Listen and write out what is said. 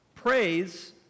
praise